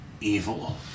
evil